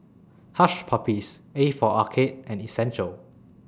Hush Puppies A For Arcade and Essential